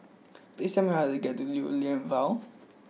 please tell me how to get to Lew Lian Vale